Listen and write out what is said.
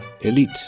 elite